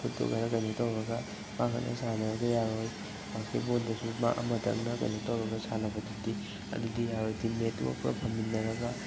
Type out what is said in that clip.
ꯈꯨꯠꯇꯨ ꯈꯔ ꯀꯩꯅꯣ ꯇꯧꯔꯒ ꯃꯍꯥꯛꯅ ꯁꯥꯟꯅꯔꯒ ꯌꯥꯔꯣꯏ ꯕꯥꯁꯀꯦꯠꯕꯣꯟꯗꯁꯨ ꯑꯃꯇꯪꯅ ꯀꯩꯅꯣ ꯇꯧꯔꯒ ꯁꯥꯟꯅꯕꯗꯨꯗꯤ ꯑꯗꯨꯗꯤ ꯌꯥꯔꯣꯏ ꯇꯤꯝꯃꯦꯠꯇꯨ ꯑꯃ ꯄꯨꯔꯥ ꯐꯪꯃꯤꯟꯅꯔꯒ